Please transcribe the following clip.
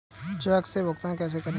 Check से भुगतान कैसे करें?